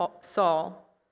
Saul